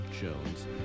Jones